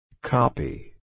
Copy